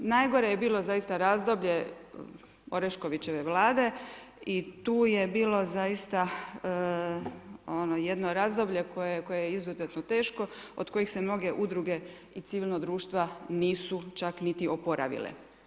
Najgore je bilo zaista razdoblje Oreškovićeve Vlade i tu je bilo zaista ono jedno razdoblje koje je izuzetno teško, od koje se mnoge udruge i civilnog društva nisu čak niti oporavile.